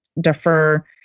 defer